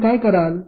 आपण काय कराल